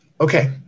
Okay